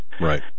Right